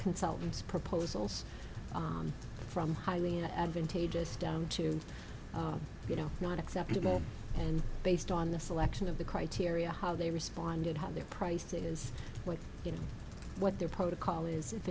consultants proposals from highly and advantageous down to you know not acceptable and based on the selection of the criteria how they responded how their pricing is what you know what their protocol is if